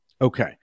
Okay